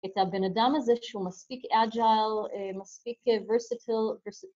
אתה בן אדם הזה שהוא מספיק אג'יל, מספיק ורסטיל